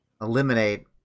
eliminate